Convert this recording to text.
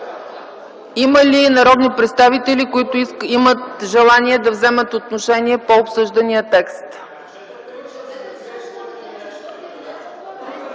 Има ли народни представители, които имат желание да вземат отношение по обсъждания текст?